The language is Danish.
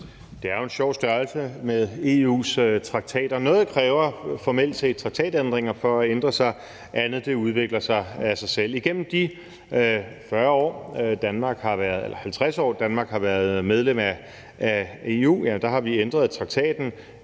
Det er jo en sjov størrelse med EU's traktater. Noget kræver formelt set traktatændringer for at ændre sig. Andet udvikler sig af sig selv. Igennem de 50 år, Danmark har været medlem af EU, har vi ændret traktaten